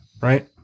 Right